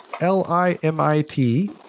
L-I-M-I-T